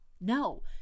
no